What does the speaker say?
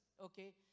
okay